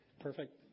Perfect